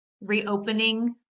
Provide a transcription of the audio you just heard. reopening